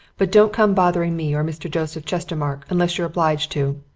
but don't come bothering me or mr. joseph chestermarke unless you're obliged to.